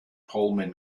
pullman